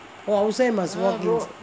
oh outside must walk